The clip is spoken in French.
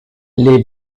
les